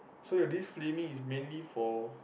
so your this filming is mainly for